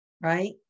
Right